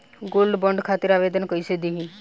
Gold bond खातिर आवेदन कैसे दिही?